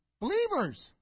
Believers